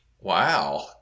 Wow